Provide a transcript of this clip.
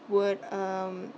would um